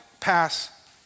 pass